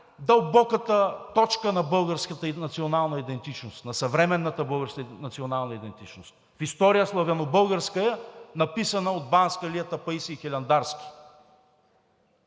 най-дълбоката точка на българската национална идентичност, на съвременната българска национална идентичност, в „История славянобългарска“, написана от банскалията Паисий Хилендарски.